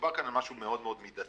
מדובר כאן על משהו מאוד מאוד מידתי.